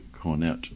cornet